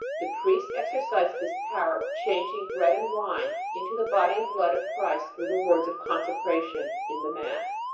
the priests exercise this power of changing bread and wine into the body and blood of christ through the words of consecration in the mass,